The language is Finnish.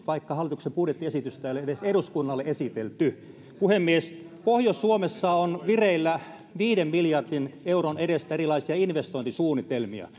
vaikka hallituksen budjettiesitystä ei ole edes eduskunnalle esitelty puhemies pohjois suomessa on vireillä viiden miljardin euron edestä erilaisia investointisuunnitelmia